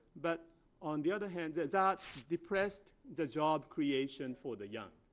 but on the other hand, that that depressed the job creation for the young.